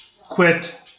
quit